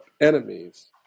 enemies